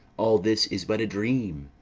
all this is but a dream,